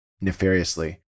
nefariously